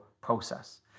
process